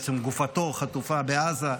בעצם גופתו חטופה בעזה,